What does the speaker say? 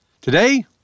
Today